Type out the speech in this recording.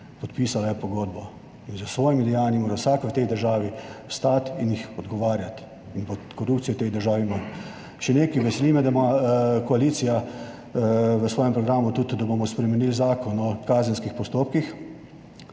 podpisala je pogodbo. In za svojimi dejanji mora vsak v tej državi stati in jih odgovarjati in korupcijo v tej državi / nerazumljivo/. Še nekaj. Veseli me, da ima koalicija v svojem programu tudi, da bomo spremenili Zakon o kazenskih postopkih,